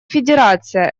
федерация